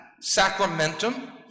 sacramentum